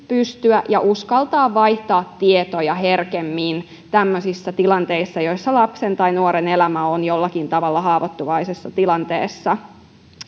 pystyä ja uskaltaa vaihtaa tietoja herkemmin tämmöisissä tilanteissa joissa lapsen tai nuoren elämä on jollakin tavalla haavoittuvaisessa tilanteessa